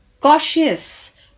cautious